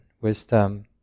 wisdom